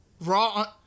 Raw